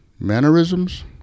Mannerisms